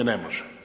Ne može.